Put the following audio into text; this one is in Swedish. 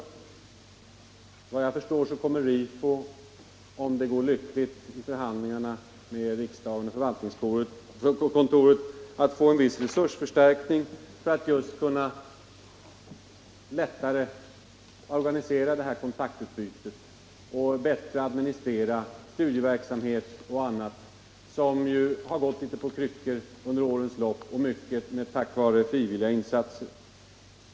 Såvitt jag förstår kommer RIFO — om det blir en lycklig utgång av förhandlingarna med riksdagens förvaltningskontor — att få en viss resursförstärkning för att lättare kunna organisera just detta kontaktutbyte och bättre administrera studieverksamhet och annat, som har gått litet på kryckor under årens lopp och fungerat mycket tack vare frivilliga insatser.